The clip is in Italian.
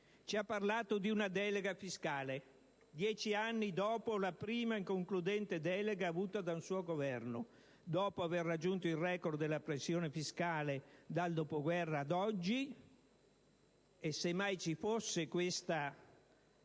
Ci ha parlato di una delega fiscale, dieci anni dopo la prima e inconcludente delega avuta dal suo Governo, dopo avere raggiunto il record della pressione fiscale dal dopoguerra ad oggi; inoltre, se mai vi fosse questa